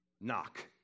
knock